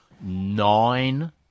nine